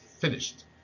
Finished